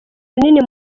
bunini